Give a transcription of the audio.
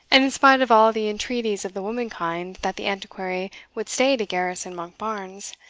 and in spite of all the entreaties of the womankind that the antiquary would stay to garrison monkbarns,